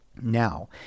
Now